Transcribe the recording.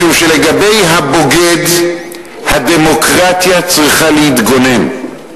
משום שלגבי הבוגד, הדמוקרטיה צריכה להתגונן,